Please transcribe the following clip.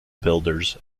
builders